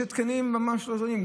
יש התקנים ממש לא זולים.